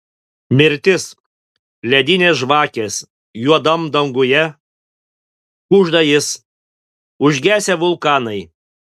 mirtis ledinės žvakės juodam danguje kužda jis užgesę vulkanai